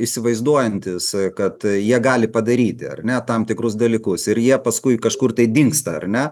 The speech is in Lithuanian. įsivaizduojantys kad jie gali padaryti ar ne tam tikrus dalykus ir jie paskui kažkur tai dingsta ar ne